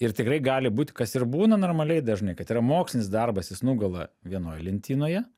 ir tikrai gali būt kas ir būna normaliai dažnai kad yra mokslinis darbas jis nugula vienoj lentynoje